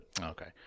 Okay